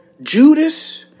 Judas